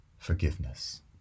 forgiveness